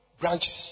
branches